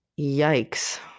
yikes